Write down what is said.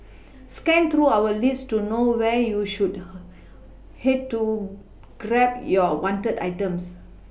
scan through our list to know where you should her head to to grab your wanted items